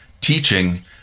teaching